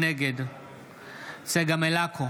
נגד צגה מלקו,